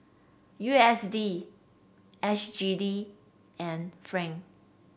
U S D S G D and franc